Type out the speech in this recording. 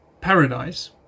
paradise